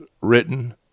written